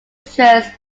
fixtures